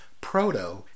Proto